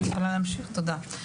תודה,